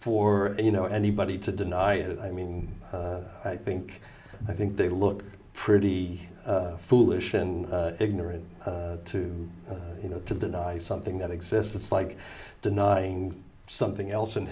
for you know anybody to deny it i mean i think i think they look pretty foolish and ignorant to you know to deny something that exists it's like denying something else in